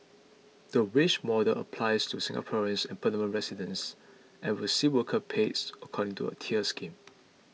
the wage model applies to Singaporeans and permanent residents and will see worker pays according to a tiered scheme